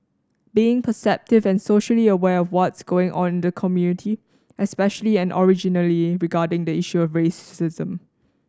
being perceptive and socially aware of what's going on in the community especially and originally regarding the issue of racism